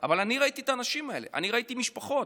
אבל אני ראיתי את האנשים האלה, אני ראיתי משפחות.